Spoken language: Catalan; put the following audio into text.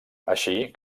així